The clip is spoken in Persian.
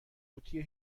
قوطی